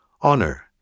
Honor